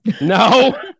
No